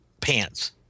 pants